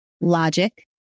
logic